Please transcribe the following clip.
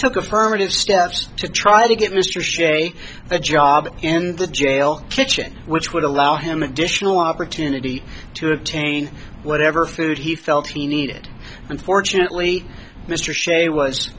took affirmative steps to try to get mr sherry a job in the jail kitchen which would allow him additional opportunity to obtain one never food he felt he needed unfortunately mr s